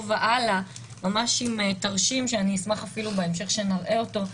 והלאה ממש עם תרשים שאני אשמח אפילו בהמשך שנראה אותו,